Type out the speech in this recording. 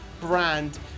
brand